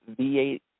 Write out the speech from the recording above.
V8